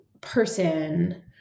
person